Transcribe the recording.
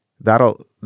that'll